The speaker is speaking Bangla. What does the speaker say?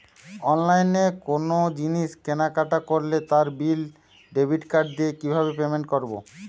অনলাইনে কোনো জিনিস কেনাকাটা করলে তার বিল ডেবিট কার্ড দিয়ে কিভাবে পেমেন্ট করবো?